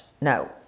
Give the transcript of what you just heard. no